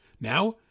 Now